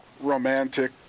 romantic